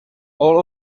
all